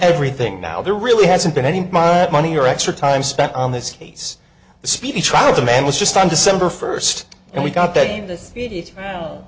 everything now there really hasn't been any my money or extra time spent on this case a speedy trial demand was just on december first and we got that